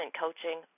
coaching